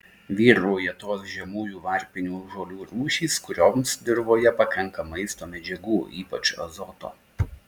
vyrauja tos žemųjų varpinių žolių rūšys kurioms dirvoje pakanka maisto medžiagų ypač azoto